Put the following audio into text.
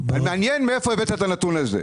מעניין מאיפה הבאת את הנתון הזה.